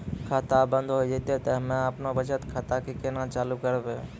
खाता बंद हो जैतै तऽ हम्मे आपनौ बचत खाता कऽ केना चालू करवै?